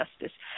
justice